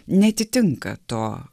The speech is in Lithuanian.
neatitinka to